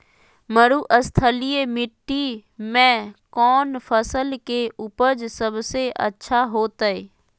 मरुस्थलीय मिट्टी मैं कौन फसल के उपज सबसे अच्छा होतय?